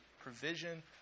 provision